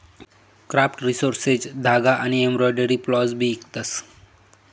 craft resources धागा आनी embroidery floss भी इकतस